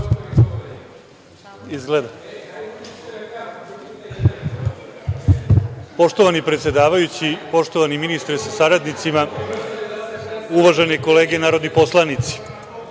Laketić** Poštovani predsedavajući, poštovani ministre sa saradnicima, uvažene kolege narodni poslanici,